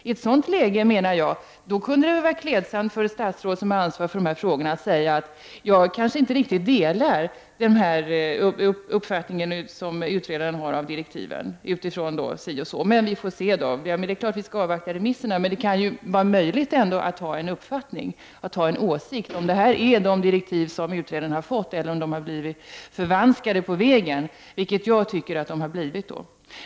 I ett sådant läge skulle det vara klädsamt om det statsråd som hade ansvaret för frågorna kunde säga: Jag kanske inte riktigt delar utredarens uppfattning om direktiven. Vi skall självfallet avvakta remisserna, men det borde vara möjligt att ha en åsikt om vilka direktiv som utredaren har fått och om de blivit förvanskade på vägen, vilket jag anser att de har blivit.